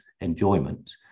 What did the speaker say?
enjoyment